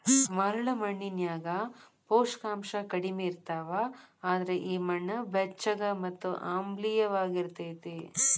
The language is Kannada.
ಮರಳ ಮಣ್ಣಿನ್ಯಾಗ ಪೋಷಕಾಂಶ ಕಡಿಮಿ ಇರ್ತಾವ, ಅದ್ರ ಈ ಮಣ್ಣ ಬೆಚ್ಚಗ ಮತ್ತ ಆಮ್ಲಿಯವಾಗಿರತೇತಿ